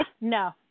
No